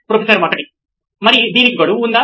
professor 1 మరి దీనికి గడువు ఉందా